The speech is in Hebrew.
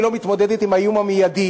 היא לא מתמודדת עם האיום המיידי,